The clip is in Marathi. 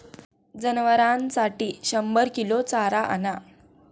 जनावरांसाठी शंभर किलो चारा आणा